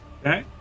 Okay